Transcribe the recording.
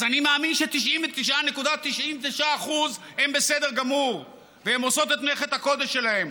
אז אני מאמין ש-99.99% הן בסדר גמור והן עושות את מלאכת הקודש שלהן,